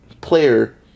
player